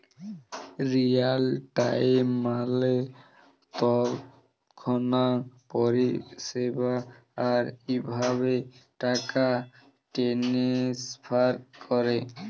Real time মালে তৎক্ষণাৎ পরিষেবা, আর ইভাবে টাকা টেনেসফার ক্যরে